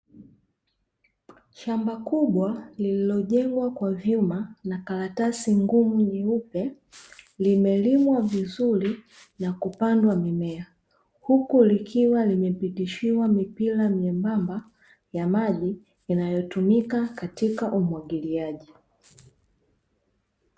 Shamba kubwa lililojengwa kwa vyuma na karatasi ngumu nyeupe limelimwa vizuri na kupandwa mimea, huku likiwa limepitishiwa mipira myembamba ya maji inayotumika katika umwagiliaji.